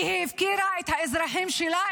כי היא הפקירה את האזרחים שלה,